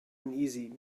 uneasy